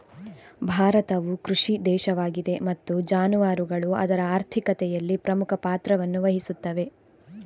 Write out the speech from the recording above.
ಭಾರತವು ಕೃಷಿ ದೇಶವಾಗಿದೆ ಮತ್ತು ಜಾನುವಾರುಗಳು ಅದರ ಆರ್ಥಿಕತೆಯಲ್ಲಿ ಪ್ರಮುಖ ಪಾತ್ರವನ್ನು ವಹಿಸುತ್ತವೆ